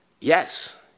Yes